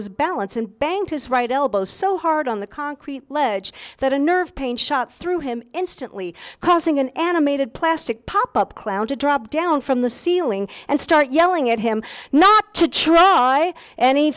his balance and banged his right elbow so hard on the concrete ledge that a nerve pain shot through him instantly causing an animated plastic pop up clown to drop down from the ceiling and start yelling at him not to try any